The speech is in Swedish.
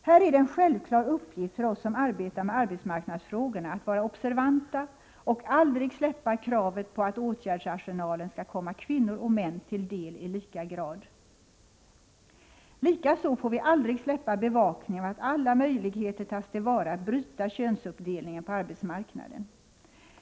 Här är det en självklar uppgift för oss som arbetar med arbetsmarknadsfrågorna att vara observanta och aldrig släppa kravet på att åtgärdsarsenalen skall komma kvinnor och män till del i lika grad. Likaså får vi aldrig släppa bevakningen av att alla möjligheter tas till vara att bryta könsuppdelningen på arbetsmarknaden.